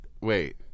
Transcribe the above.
Wait